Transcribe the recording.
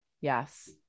Yes